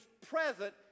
present